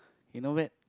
you not bad